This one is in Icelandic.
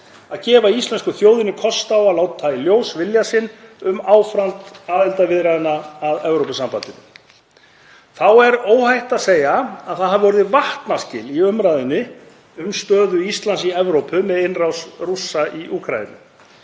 að gefa íslensku þjóðinni kost á því að láta í ljós vilja sinn um áframhald á aðildarviðræðum við Evrópusambandið. Þá er óhætt að segja að það hafi orðið vatnaskil í umræðunni um stöðu Íslands í Evrópu með innrás Rússa í Úkraínu.